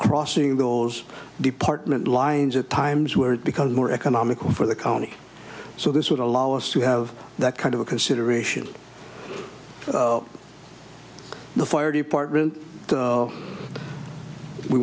crossing those department lines at times where it becomes more economical for the county so this would allow us to have that kind of a consideration the fire department